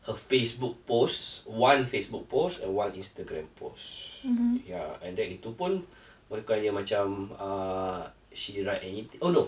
her Facebook posts one Facebook post and one Instagram post ya and itu pun bukannya dia macam uh she write any oh no